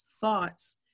thoughts